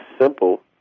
simple